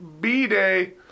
B-Day